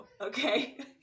Okay